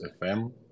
FM